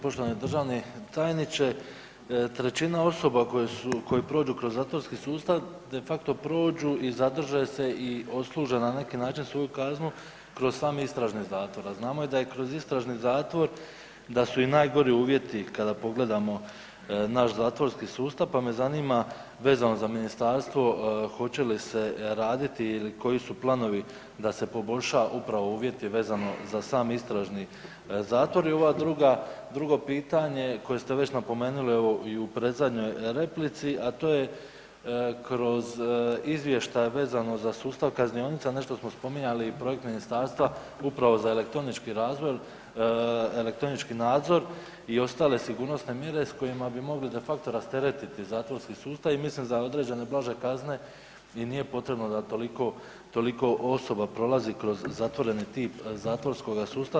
Poštovani državni tajniče, trećina osoba koje su, koje prođu kroz zatvorski sustav defacto prođu i zadrže se i odsluže na neki način svoju kaznu kroz sami istražni zatvor, a znamo i da je kroz istražni zatvor da su i najgori uvjeti kada pogledamo naš zatvorski sustav pa me zanima vezano za ministarstvo hoće li se radili ili koji su planovi da se poboljša upravo uvjeti vezano za sam istražni zatvor i ova druga, drugo pitanje koje ste već napomenuli evo i u predzadnjoj replici, a to je kroz izvještaj vezano za sustav kaznionica nešto smo spominjali i projekt ministarstva upravo za elektronički razvoj, elektronički nadzor i ostale sigurnosne mjere s kojima bi mogli defacto rasteretiti zatvorski sustav i mislim za određene blaže kazne i nije potrebno da toliko, toliko osoba prolazi kroz zatvoreni tip zatvorskog sustava.